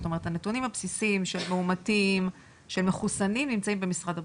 זאת אומרת הנתונים הבסיסיים של מאומתים שמחוסנים נמצאים במשרד הבריאות.